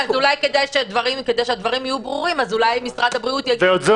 אז אולי משרד הבריאות יגיד --- ואת זה